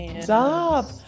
stop